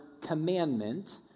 commandment